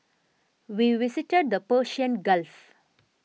we visited the Persian Gulf